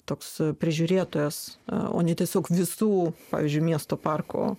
toks prižiūrėtojas o ne tiesiog visų pavyzdžiui miesto parkų